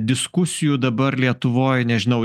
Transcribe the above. diskusijų dabar lietuvoj nežinau